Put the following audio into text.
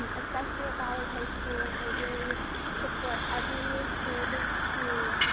um especially at ballard high school they really support every kid to